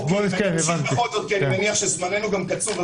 נמשיך כי זמננו קצוב.